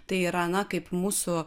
tai yra na kaip mūsų